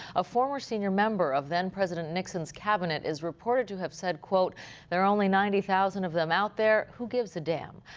a former senior member of then president nixon's cabinet is reported to have said, there are only ninety thousand of them out there. who gives a damn?